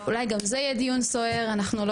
אולי גם זה יהיה דיון סוער, אנחנו לא